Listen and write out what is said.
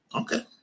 Okay